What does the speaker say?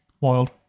Wild